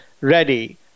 ready